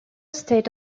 state